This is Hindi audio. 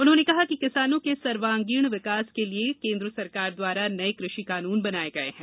उन्होंने कहा कि किसानों के सर्वांगीण विकास के लिए केंद्र सरकार द्वारा नए कृषि कानून बनाए गए हैं